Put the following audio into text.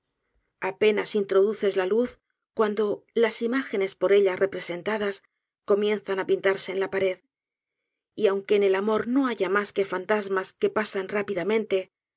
apeñas introduces a luz cuando las imágenes por ella representadas comienzan á pintarse en la pared y aunque en el amor no haya mas que fantasmas que pasan rápidamente